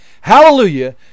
hallelujah